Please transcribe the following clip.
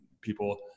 people